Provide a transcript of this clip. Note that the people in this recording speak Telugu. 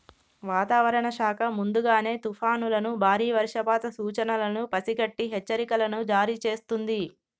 వాతావరణ శాఖ ముందుగానే తుఫానులను బారి వర్షపాత సూచనలను పసిగట్టి హెచ్చరికలను జారీ చేస్తుంది